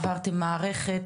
עברתם מערכת,